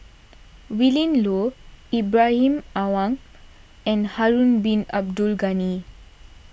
Willin Low Ibrahim Awang and Harun Bin Abdul Ghani